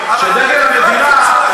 מצביע בעד,